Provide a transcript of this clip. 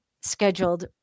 scheduled